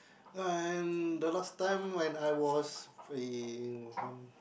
and the last time when I was eh around